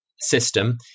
system